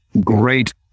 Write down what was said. great